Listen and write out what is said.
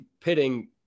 pitting